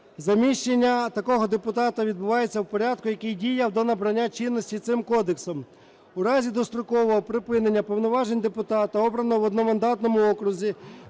заміщення такого депутата відбувається в порядку, який діяв до набрання чинності цим Кодексом. У разі дострокового припинення повноважень депутата, обраного в одномандатному окрузі,